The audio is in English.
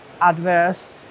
adverse